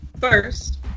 first